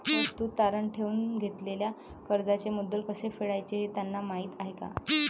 वस्तू तारण ठेवून घेतलेल्या कर्जाचे मुद्दल कसे फेडायचे हे त्यांना माहीत आहे का?